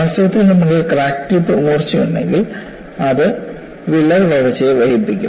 വാസ്തവത്തിൽ നമുക്ക് crack tip മൂർച്ചയുണ്ടെങ്കിൽ അത് വിള്ളൽ വളർച്ചയെ വൈകിപ്പിക്കും